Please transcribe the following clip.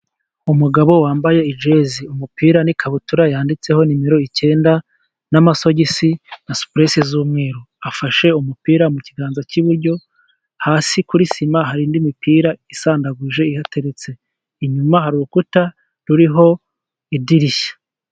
Umugabo wambaye ijezi umupira n'ikabutura, yanditseho nimero icyenda, n'amasogisi na superesi z'umweru, afashe umupira mu kiganza cy'iburyo, hasi kuri sima hari indi mipira isandaguje ihateretse, inyuma hari urukuta ruriho idirishya.